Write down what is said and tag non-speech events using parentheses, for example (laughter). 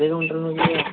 (unintelligible)